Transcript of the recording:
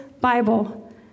Bible